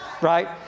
right